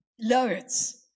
Loads